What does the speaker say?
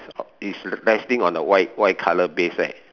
is resting on the white white colour base right